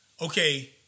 Okay